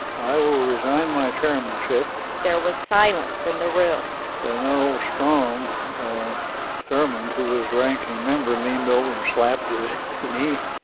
i will resign my chairmanship there was silence in the room and then old strom thurmond, who was ranking member, leaned over and slapped his knee.